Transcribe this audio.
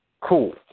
cool